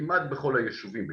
כמעט בכל הישובים בישראל,